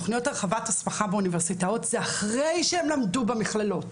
תכנית הרחבת הסמכה באוניברסיטאות זה אחרי שהם למדו במכללות.